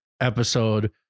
Episode